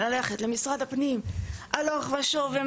ללכת למשרד הפנים הלוך ושוב.